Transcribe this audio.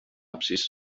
absis